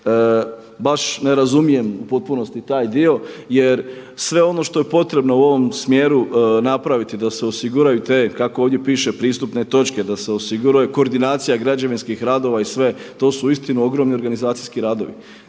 Baš ne razumijem u potpunosti taj dio jer sve ono što je potrebno u ovom smjeru napraviti da se osiguraju te kako ovdje piše pristupne točke, da se osiguraju koordinacija građevinskih radova i sve, to su uistinu ogromni organizacijski radovi.